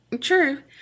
True